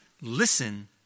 Listen